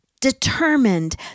determined